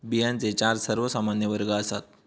बियांचे चार सर्वमान्य वर्ग आसात